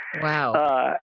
Wow